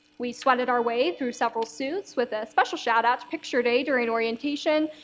we sweated our way through several suits with a special shout out to picture day during orientation,